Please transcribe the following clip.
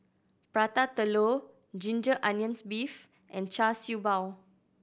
Prata Telur ginger onions beef and Char Siew Bao